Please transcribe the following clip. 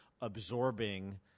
absorbing